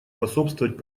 способствовать